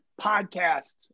podcast